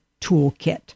toolkit